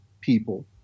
people